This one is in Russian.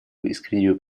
искреннюю